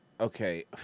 Okay